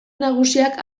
nagusiak